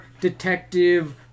detective